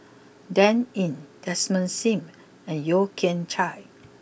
Dan Ying Desmond Sim and Yeo Kian Chai